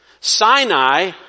Sinai